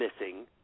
missing